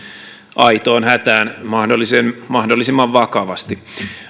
aitoon hätään mahdollisimman mahdollisimman vakavasti